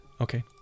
Okay